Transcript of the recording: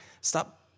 stop